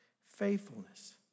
Faithfulness